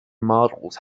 models